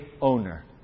owner